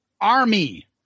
Army